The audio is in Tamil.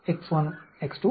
X1 X2 X3